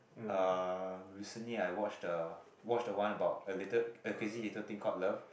uh recently I watched the watched the one about a little a Crazy Little Thing Called Love